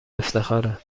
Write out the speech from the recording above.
افتخاره